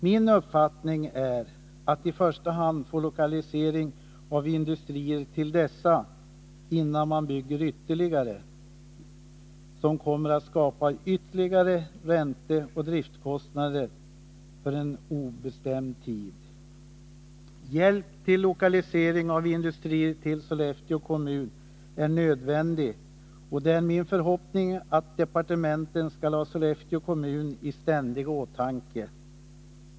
Min uppfattning är att man i första hand bör få till stånd en lokalisering av industrier till dessa, innan man bygger nya lokaler, som kommer att föranleda ytterligare ränteoch driftkostnader för obestämd tid framöver. Hjälp till lokalisering av industrier till Sollefteå är nödvändig, och det är min förhoppning att departementen skall ha Sollefteå kommun i ständig åtanke.